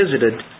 visited